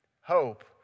Hope